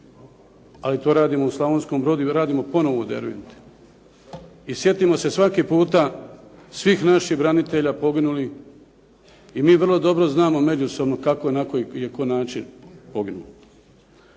Ali to radimo u Slavonskom brodu i radimo ponovno u Derventi. I sjetimo se svaki puta svih naših branitelja, poginulih. I mi vrlo dobro znamo međusobno kako i na koji način je